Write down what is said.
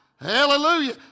Hallelujah